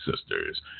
sisters